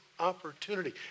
opportunity